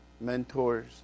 mentors